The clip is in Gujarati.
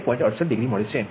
68 ડિગ્રી મળે છે